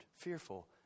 fearful